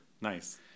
Nice